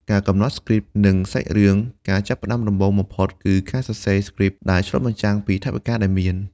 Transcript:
ការកំណត់ស្គ្រីបនិងសាច់រឿង ការចាប់ផ្តើមដំបូងបំផុតគឺការសរសេរស្គ្រីបដែលឆ្លុះបញ្ចាំងពីថវិកាដែលមាន។